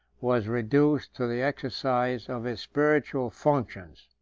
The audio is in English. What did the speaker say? was reduced to the exercise of his spiritual functions.